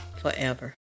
forever